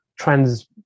trans